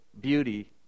beauty